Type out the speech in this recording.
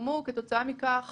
ייגרמו כתוצאה מכך